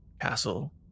castle